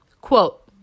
quote